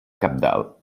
cabdal